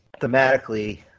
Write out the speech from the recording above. Thematically